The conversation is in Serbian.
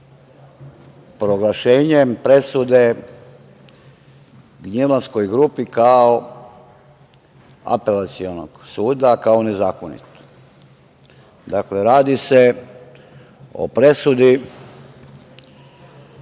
proglašenjem presude Gnjilanskoj grupi Apelacionog suda kao nazakonita. Dakle, radi se o presudi